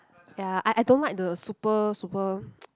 ya I I don't like the super super